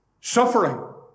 Suffering